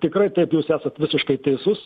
tikrai taip jūs esat visiškai teisus